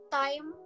time